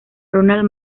ronald